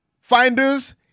Finders